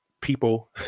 people